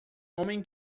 homem